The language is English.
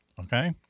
Okay